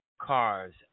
cars